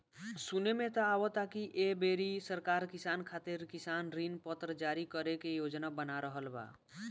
सुने में त आवता की ऐ बेरी सरकार किसान खातिर किसान ऋण पत्र जारी करे के योजना बना रहल बा